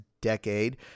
decade